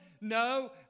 No